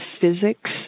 physics